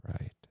Right